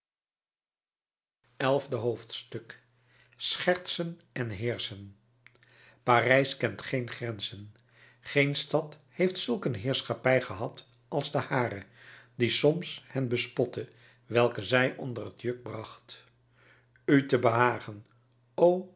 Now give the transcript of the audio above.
elfde hoofdstuk schertsen en heerschen parijs kent geen grenzen geen stad heeft zulk een heerschappij gehad als de hare die soms hen bespotte welke zij onder het juk bracht u te behagen o